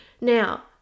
Now